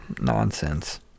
nonsense